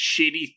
shitty